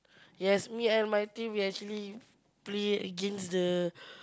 yes me and my team we actually play against the